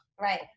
Right